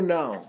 now